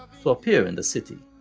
so appear in the city.